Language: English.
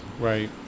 Right